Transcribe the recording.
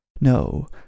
No